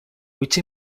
which